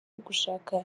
gushaka